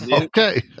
Okay